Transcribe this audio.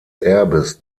erbes